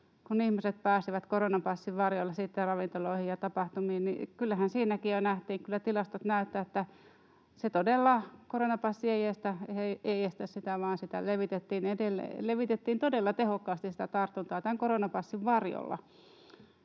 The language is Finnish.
kun ihmiset sitten pääsivät koronapassin varjolla ravintoloihin ja tapahtumiin. Kyllähän siinäkin jo nähtiin, kyllä tilastot näyttivät, että todella koronapassi ei estä tartuntoja vaan niitä levitettiin edelleen todella tehokkaasti koronapassin varjolla,